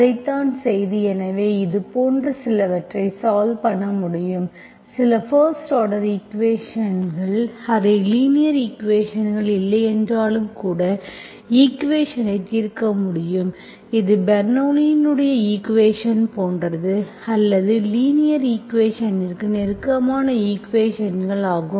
அதைத்தான் செய்து எனவே இது போன்ற சிலவற்றை சால்வ் பண்ண முடியும் சில பர்ஸ்ட் ஆர்டர் ஈக்குவேஷன்கள் அவை லீனியர் ஈக்குவேஷன் இல்லையென்றாலும் கூட ஈக்குவேஷன்ஐ தீர்க்க முடியும் இது பெர்னோள்ளியின் ஈக்குவேஷன் போன்றது அல்லது லீனியர் ஈக்குவேஷன்ற்கு நெருக்கமான ஈக்குவேஷன்கள் ஆகும்